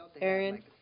Aaron